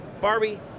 Barbie